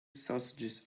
sausages